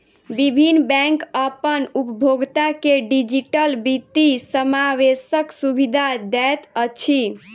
विभिन्न बैंक अपन उपभोगता के डिजिटल वित्तीय समावेशक सुविधा दैत अछि